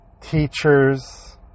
teachers